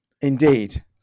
Indeed